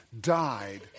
died